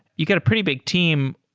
you get a pretty big team.